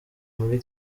muri